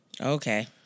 Okay